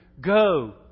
Go